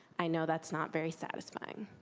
i know that's not very satisfying.